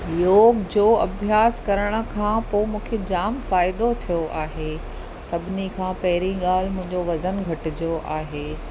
योग जो अभ्यासु करण खां पोइ मूंखे जाम फ़ाइदो थियो आहे सभिनी खां पहिरियों ॻाल्हि मुंंहिंजो वज़नु घटिजो आहे